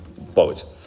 boat